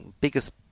biggest